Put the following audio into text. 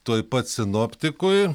tuoj pat sinoptikui